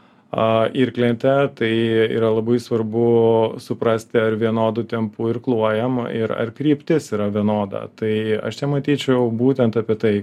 irklentę tai yra labai svarbu suprasti ar vienodu tempu irkluojam ir ar kryptis yra vienoda tai aš čia matyčiau būtent apie tai